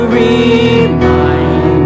remind